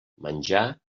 menjar